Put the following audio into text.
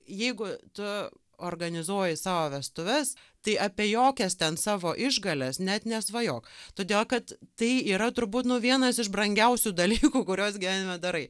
jeigu tu organizuoji savo vestuves tai apie jokias ten savo išgales net nesvajok todėl kad tai yra turbūt nu vienas iš brangiausių dalykų kuriuos gyvenime darai